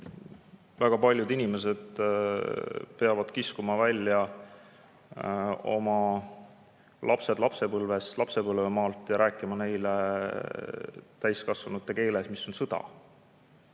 Väga paljud inimesed peavad kiskuma oma lapsed välja lapsepõlvest, lapsepõlvemaalt ja rääkima neile täiskasvanute keeles, mis on sõda.